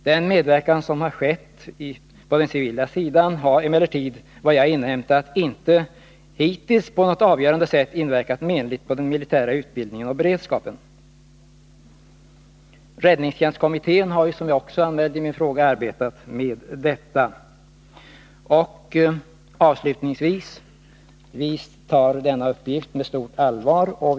Den medverkan som har skett på den civila sidan har emellertid enligt vad jag inhämtat hittills inte på något avgörande sätt inverkat menligt på den militära utbildningen och beredskapen. Räddningstjänstkommittén arbetar, som jag nämnt i mitt svar, med dessa frågor. Avslutningsvis vill jag säga att vi ser med stort allvar på frågan om incidentberedskapen.